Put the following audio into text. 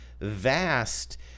vast